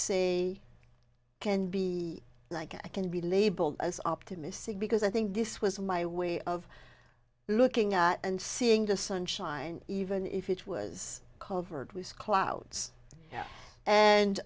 say can be like i can be labeled as optimistic because i think this was my way of looking at and seeing the sunshine even if it was covered with clouds and